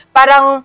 Parang